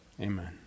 amen